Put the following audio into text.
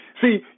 See